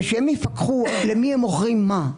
ושהם יפקחו למי הם מוכרים מה.